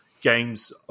games